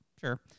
Sure